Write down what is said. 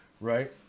Right